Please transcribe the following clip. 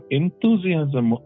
enthusiasm